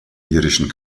irischen